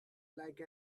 like